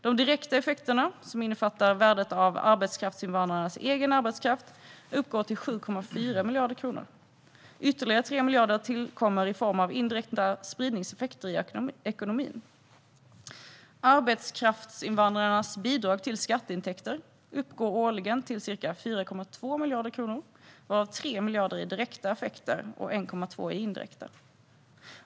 De direkta effekterna, som innefattar värdet av arbetskraftsinvandrarnas egen arbetskraft, uppgår till 7,4 miljarder kronor. Ytterligare 3 miljarder tillkommer i form av indirekta spridningseffekter i ekonomin. Arbetskraftsinvandrarnas bidrag till skatteintäkter uppgår årligen till ca 4,2 miljarder kronor, varav 3 miljarder i direkta effekter och 1,2 miljarder i indirekta.